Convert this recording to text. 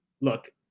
Look